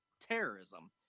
terrorism